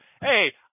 Hey